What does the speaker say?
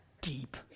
deep